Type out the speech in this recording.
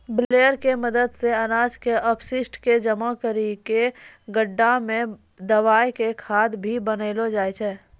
baler के मदद सॅ अनाज के अपशिष्ट क जमा करी कॅ गड्ढा मॅ दबाय क खाद भी बनैलो जाय छै